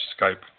Skype